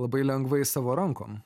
labai lengvai savo rankom